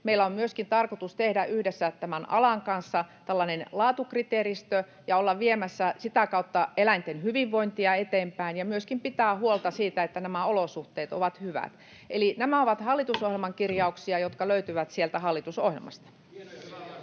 Meillä on myöskin tarkoitus tehdä yhdessä tämän alan kanssa laatukriteeristö, ja ollaan viemässä sitä kautta eläinten hyvinvointia eteenpäin, ja pidetään huolta siitä, että olosuhteet ovat hyvät. Nämä ovat hallitusohjelman kirjauksia, jotka löytyvät sieltä hallitusohjelmasta.